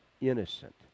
innocent